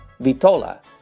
Vitola